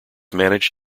managed